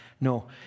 No